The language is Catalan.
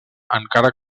encara